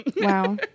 Wow